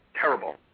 Terrible